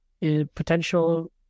potential